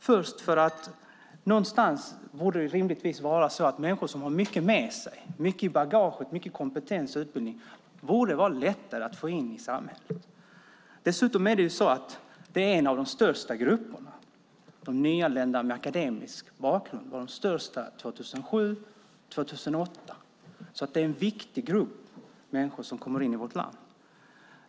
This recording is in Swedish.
Först och främst borde rimligtvis människor som har mycket utbildning och kompetens med sig i bagaget vara lättare att få in i samhället. Vidare är detta en av de största grupperna. Nyanlända med akademisk bakgrund var den största gruppen 2007 och 2008. Det är alltså en viktig grupp människor som kommer in i vårt land.